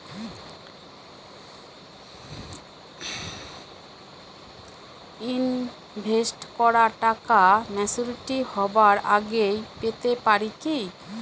Invest করা টাকা maturity হবার আগেই পেতে পারি কি?